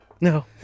No